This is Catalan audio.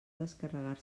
descarregar